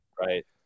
right